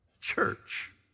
church